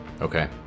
okay